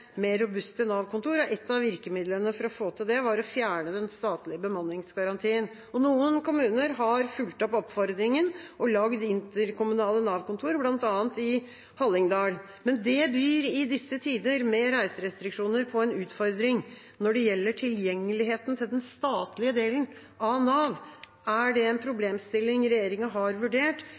mer robuste Nav-kontor. Et av virkemidlene for å få til det var å fjerne den statlige bemanningsgarantien. Noen kommuner har fulgt oppfordringen og lagd interkommunale Nav-kontor, bl.a. i Hallingdal. Men det byr, i disse tider med reiserestriksjoner, på en utfordring når det gjelder tilgjengeligheten til den statlige delen av Nav. Er det en problemstilling regjeringa har vurdert,